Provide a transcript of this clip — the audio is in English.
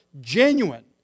genuine